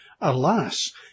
Alas